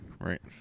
Right